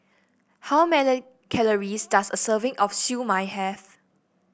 how many calories does a serving of Siew Mai have